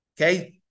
Okay